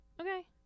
Okay